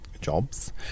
jobs